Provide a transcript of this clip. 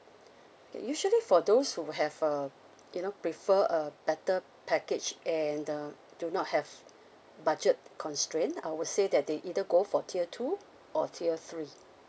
usually for those who have a you know prefer a better package and uh do not have budget constraint I would say that they either go for tier two or tier three